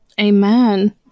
amen